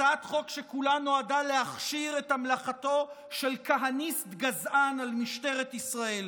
הצעת חוק שכולה נועדה להכשיר את המלכתו של כהניסט גזען על משטרת ישראל,